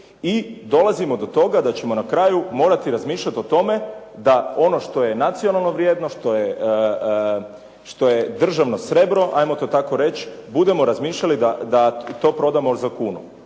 I dolazimo do toga da ćemo na kraju morati razmišljati o tome da ono što je nacionalna vrijednost, što je državna srebro ajmo to tako reći budemo razmišljali da to prodamo za kunu